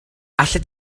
allet